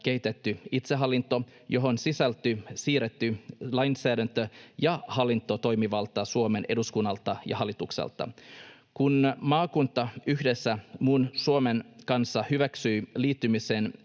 kehitetty itsehallinto, johon sisältyy siirretty lainsäädäntö- ja hallintotoimivalta Suomen eduskunnalta ja hallitukselta. Kun maakunta yhdessä muun Suomen kanssa hyväksyi liittymisen